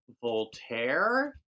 voltaire